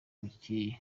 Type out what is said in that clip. bukeye